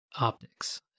optics